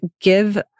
give